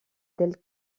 delle